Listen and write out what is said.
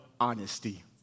honesty